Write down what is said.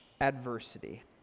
adversity